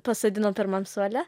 pasodino pirmam suole